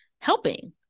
helping